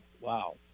wow